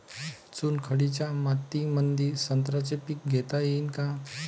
चुनखडीच्या मातीमंदी संत्र्याचे पीक घेता येईन का?